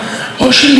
ואני מקווה,